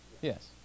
Yes